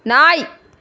நாய்